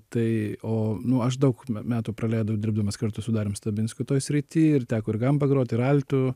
tai o nu aš daug me metų praleidau dirbdamas kartu su darium stabinsku toje srity ir teko ir gamba grot ir altu